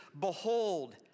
behold